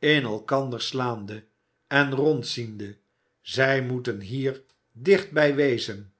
in elkander slaande en rondziende zij moeten hier dichtbij wezen